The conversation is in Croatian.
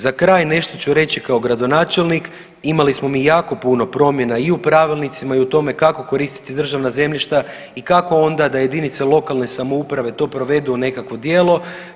Za kraj nešto ću reći kao gradonačelnik, imali smo mi jako puno promjena i u pravilnicima i u tome kako koristiti državna zemljišta i kako onda da jedinice lokalne samouprave to provedu u nekakvo djelo.